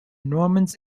normans